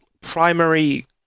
primary